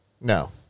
No